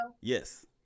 Yes